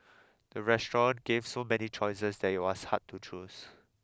the restaurant gave so many choices that it was hard to choose